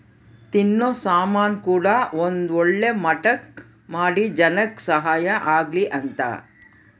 ತಿನ್ನೋ ಸಾಮನ್ ಕೂಡ ಒಂದ್ ಒಳ್ಳೆ ಮಟ್ಟಕ್ ಮಾಡಿ ಜನಕ್ ಸಹಾಯ ಆಗ್ಲಿ ಅಂತ